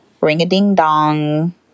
ring-a-ding-dong